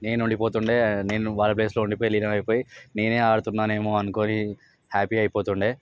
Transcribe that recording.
నేను ఓడిపోతుండె నేను వాళ్ళ ప్లేస్లో ఉండిపోయి ఏదో అయిపోయి నేనే ఆడుతున్నానేమో అనుకొని హ్యాపీ అయిపోతుండె